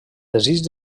desig